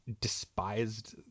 despised